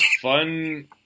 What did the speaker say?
fun